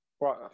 Right